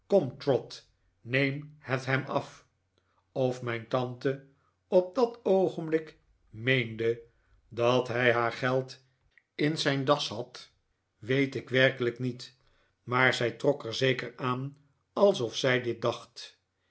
neem het hem af of mijn tante op dat oogenblik meende traddles treedt op dat hij haar geld in zijn das had weet ik werkelijk niet maar zij trok er zeker aan alsof zij dit